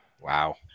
Wow